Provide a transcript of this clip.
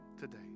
today